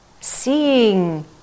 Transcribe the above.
seeing